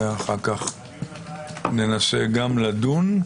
ואחר כך ננסה גם לדון,